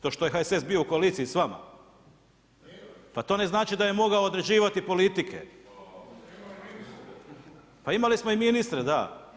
To što je HSS bio u koaliciji s vama, pa to ne znači da je mogao određivati politike. ... [[Upadica: ne čuje se.]] Pa imali smo i ministre, da.